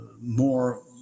more